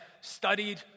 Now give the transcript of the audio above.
studied